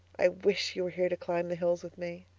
i wish you were here to climb the hills with me.